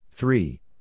Three